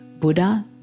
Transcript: Buddha